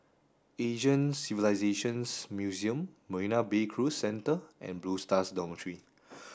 Asian Civilisations Museum Marina Bay Cruise Centre and Blue Stars Dormitory